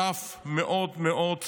רב מאוד מאוד ידוע,